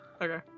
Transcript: Okay